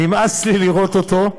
נמאס לי לראות אותו,